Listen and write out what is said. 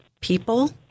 people